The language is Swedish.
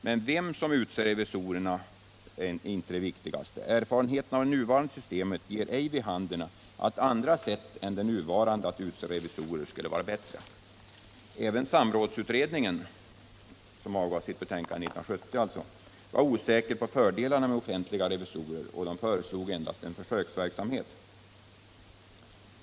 Men vem som utser revisorerna är inte det viktigaste. Erfarenheterna av det nuvarande systemet ger ej vid handen att andra sätt än det nuvarande att utse revisorer skulle vara bättre. Även samrådsutredningen, som avgav sitt betänkande 1970, var osäker beträffande fördelarna med offentliga revisorer och föreslog endast en försöksverksamhet.